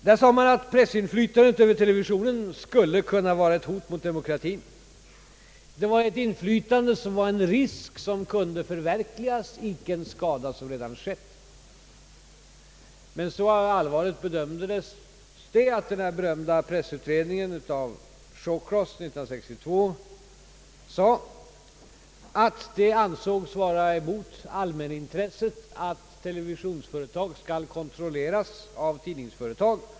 I denna sägs att pressinflytandet över televisionen skulle kunna vara ett hot mot demokratien. Denna risk kunde förverkligas; det var icke en skada som redan skett. Så allvarligt bedömdes det, att det i den berömda pressutredningen av Shawceross år 1962 ansågs vara emot allmänintresset att televisionsföretag skall kontrolleras av tidningsföretag.